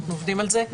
אנחנו עובדים על זה.